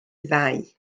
ddau